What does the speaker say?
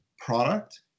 product